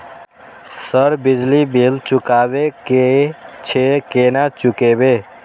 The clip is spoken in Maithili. सर बिजली बील चुकाबे की छे केना चुकेबे?